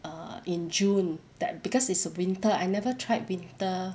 err in june that because it's winter I never tried winter